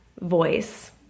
voice